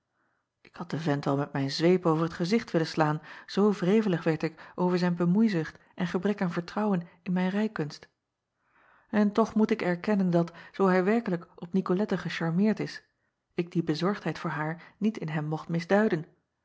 k had den vent wel met mijn zweep over t gezicht willen slaan zoo wrevelig werd ik over zijn bemoeizucht en gebrek aan vertrouwen in mijn rijkunst n toch moet ik erkennen dat zoo hij werkelijk op icolette gecharmeerd is ik die bezorgdheid voor haar niet in hem mocht misduiden